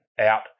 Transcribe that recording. out